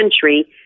country